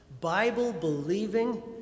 Bible-believing